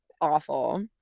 awful